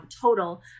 total